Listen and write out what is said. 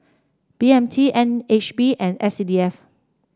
B M T N H B and S C D F